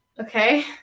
Okay